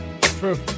True